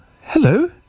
hello